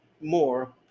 more